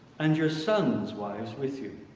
and your sons' wives with you